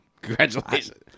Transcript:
congratulations